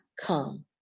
come